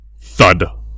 Thud